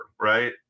right